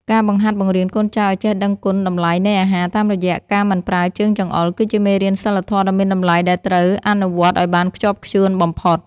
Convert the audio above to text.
ការបង្ហាត់បង្រៀនកូនចៅឱ្យចេះដឹងពីគុណតម្លៃនៃអាហារតាមរយៈការមិនប្រើជើងចង្អុលគឺជាមេរៀនសីលធម៌ដ៏មានតម្លៃដែលត្រូវអនុវត្តឱ្យបានខ្ជាប់ខ្ជួនបំផុត។